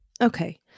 Okay